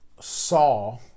saw